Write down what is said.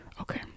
okay